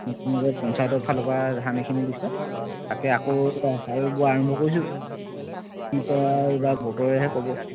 নতুনকৈ পঞ্চায়তৰ ফালৰপৰা ধানখিনি দিছে তাকে আকৌ হালবোৱা আৰম্ভ কৰিছোঁ কি বা এইবাৰ বতৰেহে ক'ব